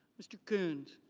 mr. kunz.